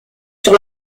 sur